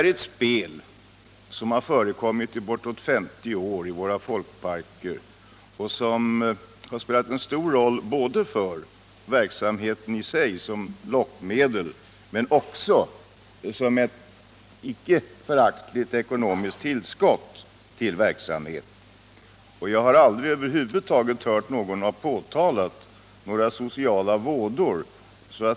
Automatspelet har förekommit i bortåt 50 år i våra folkparker, och det har spelat en stor roll både för verksamheten i sig som lockmedel och som ett icke föraktligt ekonomiskt tillskott. Jag har aldrig över huvud taget hört någon påtala några sociala vådor.